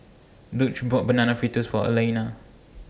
Dulce bought Banana Fritters For Alaina